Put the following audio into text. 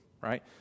right